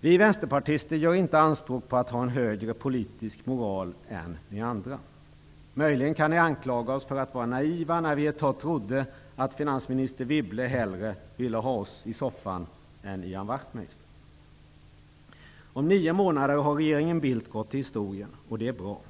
Vi vänsterpartister gör inte anspråk på att ha en högre politisk moral än ni andra. Möjligen kan ni anklaga oss för att ha varit naiva när vi ett tag trodde att finansminister Wibble hellre ville ha oss i soffan än Ian Wachtmeister. Om nio månader har regeringen Bildt gått till historien, och det är bra.